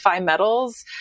metals